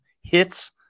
Hits